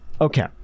okay